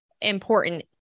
important